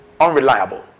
unreliable